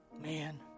man